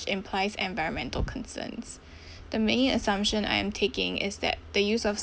implies environmental concerns to me assumption I am taking is that the use of